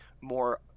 more